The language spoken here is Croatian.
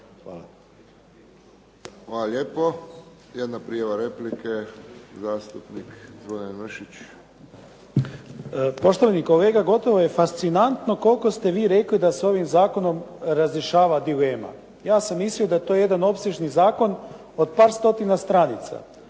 (HSS)** Hvala lijepo. Jedna prijava replike, zastupnik Zvonimir Mršić. **Mršić, Zvonimir (SDP)** Poštovani kolega gotovo je fascinantno koliko ste vi rekli da se ovim zakonom razrješava dilema. Ja sam mislio da je to jedan opsežni zakon od par stotina stranica,